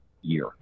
year